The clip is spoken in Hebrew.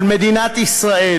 של מדינת ישראל.